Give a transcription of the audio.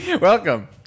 Welcome